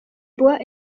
bois